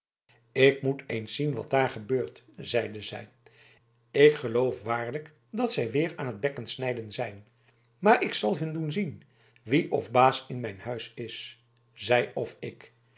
ik moet eens zien wat daar gebeurt zeide zij ik geloof waarlijk dat zij weer aan t bekkesnijden zijn maar ik zal hun doen zien wie of baas in mijn huis is zij of ik